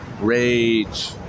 rage